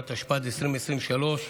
התשפ"ד 2023,